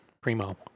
primo